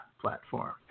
platform